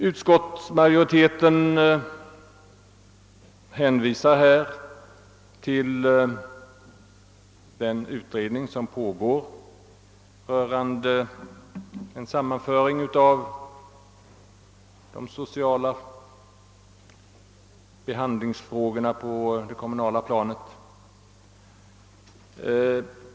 Utskottsmajoriteten hänvisar härvidlag till den utredning som pågår rörande en sammanföring av de sociala behandlingsfrågorna på det kommunala planet.